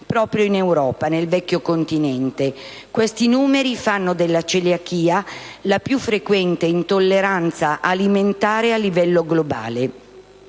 proprio in Europa, nel Vecchio continente. Questi numeri fanno della celiachia la più frequente intolleranza alimentare a livello globale.